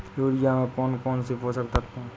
Urea में कौन कौन से पोषक तत्व है?